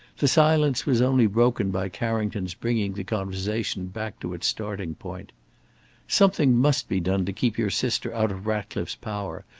the silence was only broken by carrington's bringing the conversation back to its starting-point something must be done to keep your sister out of ratcliffe's power.